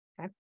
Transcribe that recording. Okay